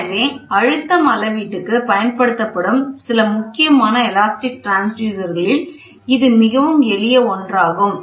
எனவே அழுத்தம் அளவீட்டுக்கு பயன்படுத்தப்படும் சில முக்கியமான எலாஸ்டிக் டிரான்ஸ்யூசர்களில் இது மிகவும் எளிய ஒன்றாகும்